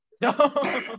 No